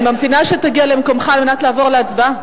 אני ממתינה שתגיע למקומך על מנת לעבור להצבעה,